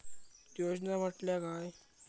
योजना म्हटल्या काय?